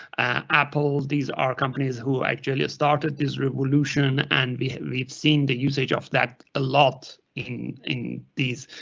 apple. these are companies who actually started this revolution. and we we've seen the usage of that a lot in in these,